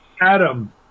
Adam